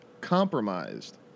compromised